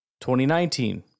2019